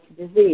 disease